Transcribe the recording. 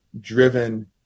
driven